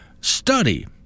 Study